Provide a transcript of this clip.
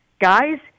guys